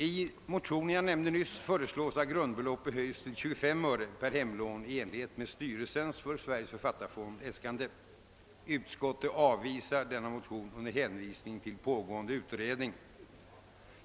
I den motion jag nämnde nyss föreslås att grundbeloppet höjes till 25 öre per hemlån, alltså i enlighet med styrelsens för Sveriges författarfond äskande. Utskottet har avstyrkt bifall till motionen under hänvisning till pågående utredning.